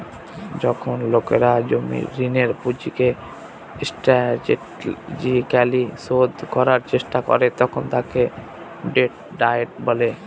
যখন লোকেরা জমির ঋণের পুঁজিকে স্ট্র্যাটেজিকালি শোধ করার চেষ্টা করে তখন তাকে ডেট ডায়েট বলে